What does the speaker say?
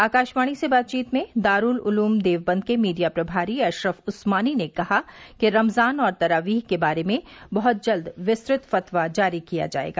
आकाशवाणी से बातचीत में दारूल उलूम देवबंद के मीडिया प्रभारी अशरफ उस्मानी ने कहा कि रमजान और तरावीह के बारे में बहुत जल्द विस्तृत फतवा जारी किया जाएगा